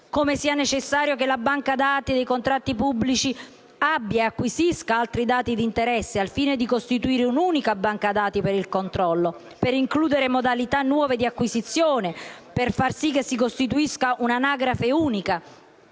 come sia necessario che la banca dati dei contratti pubblici acquisisca altri dati di interesse al fine di costituire un'unica banca dati di controllo, per includere modalità nuove di acquisizione, per far sì che si costituisca una anagrafe unica,